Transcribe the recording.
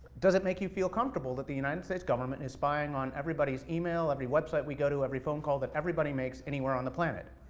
does it make you feel comfortable that the united states government is spying on everybody's email, every website we go to, every phone call that everybody makes, anywhere on the planet?